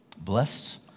Blessed